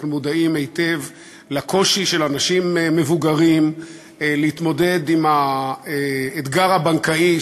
אנחנו מודעים היטב לקושי של אנשים מבוגרים להתמודד עם האתגר הבנקאי,